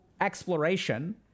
exploration